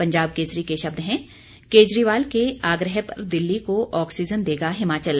पंजाब केसरी के शब्द हैं केजरीवाल के आग्रह पर दिल्ली को ऑक्सीजन देगा हिमाचल